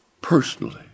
personally